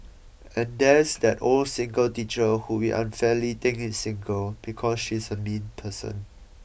and there's that old single teacher who we unfairly think is single because she's a mean person